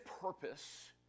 purpose